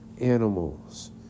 animals